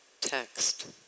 text